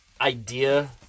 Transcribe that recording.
idea